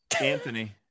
anthony